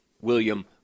William